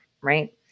Right